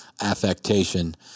affectation